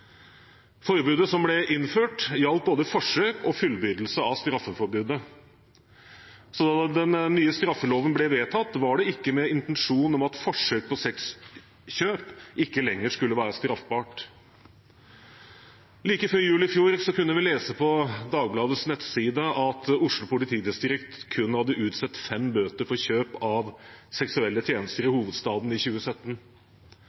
Forbudet som ble innført, gjaldt både forsøk på og fullbyrdelse av straffebudet. Så da den nye straffeloven ble vedtatt, var det ikke med intensjon om at forsøk på sexkjøp ikke lenger skulle være straffbart. Like før jul i fjor kunne vi lese på Dagbladets nettsider at Oslo politidistrikt hadde utstedt kun fem bøter for kjøp av seksuelle tjenester i